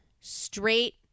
Straight